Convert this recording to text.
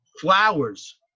flowers